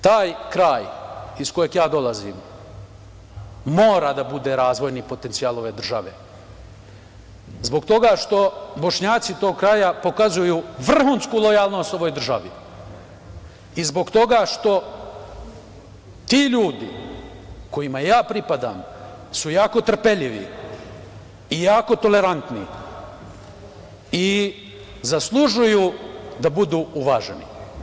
Kraj iz kojeg dolazim mora da bude razvojni potencijal ove države, zbog toga što Bošnjaci tog kraja pokazuju vrhunsku lojalnost ovoj državi i zbog toga što ti ljudi kojima pripadam su jako trpeljivi i jako tolerantni i zaslužuju da budu uvaženi.